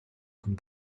von